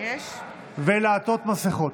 ולעטות מסכות.